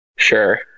sure